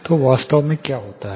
तो वास्तव में क्या होता है